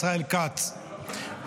ישראל כץ,